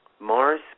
Mars